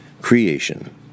Creation